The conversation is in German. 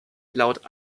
laut